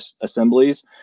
assemblies